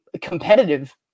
competitive